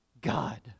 God